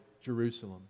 Jerusalem